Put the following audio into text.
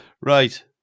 Right